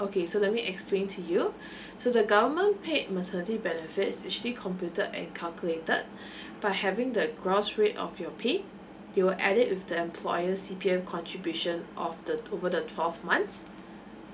okay so let me explain to you so the government paid maternity benefits actually computed and calculated by having the gross rate of your pay it will add it with the employer's C_P_F contribution of the twe~ over the twelve months